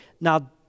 Now